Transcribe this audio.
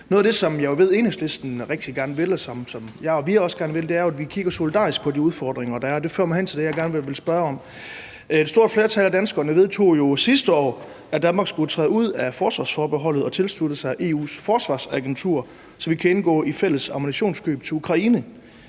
og som jeg og vi også gerne vil, er jo at kigge solidarisk på de udfordringer, der er. Og det fører mig hen til det, jeg gerne vil spørge om. Et stort flertal af danskerne vedtog jo sidste år, at Danmark skulle træde ud af forsvarsforbeholdet og tilslutte sig Det Europæiske Forsvarsagentur, så vi kan indgå i fælles ammunitionskøb til Ukraine.